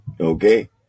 Okay